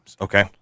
Okay